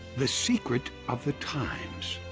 the secret of the times.